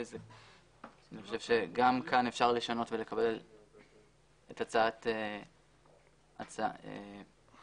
אני חושב שגם כאן אפשר לשנות ולקבל את הצעתו של עמיר.